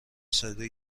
ساده